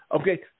Okay